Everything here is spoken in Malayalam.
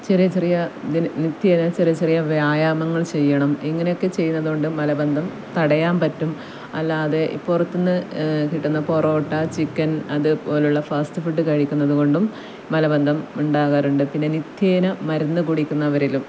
ചെറിയ ചെറിയ നിത്യേന ചെറിയ ചെറിയ വ്യായാമങ്ങൾ ചെയ്യണം ഇങ്ങനെയൊക്കെ ചെയ്യുന്നതുകൊണ്ട് മലബന്ധം തടയാൻ പറ്റും അല്ലാതെ പുറത്തുന്ന് കിട്ടുന്ന പൊറോട്ട ചിക്കൻ അത് പോലുള്ള ഫാസ്റ്റ് ഫുഡ് കഴിക്കുന്നത് കൊണ്ടും മലബന്ധം ഉണ്ടാക്കാറുണ്ട് പിന്നെ നിത്യേന മരുന്നു കുടിക്കുന്നവരിലും